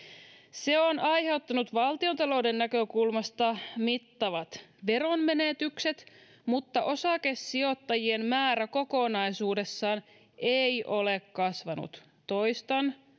se on aiheuttanut valtiontalouden näkökulmasta mittavat veronmenetykset mutta osakesijoittajien määrä kokonaisuudessaan ei ole kasvanut toistan